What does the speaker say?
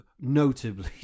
notably